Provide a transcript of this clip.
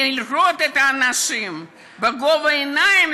לראות את האנשים בגובה העיניים,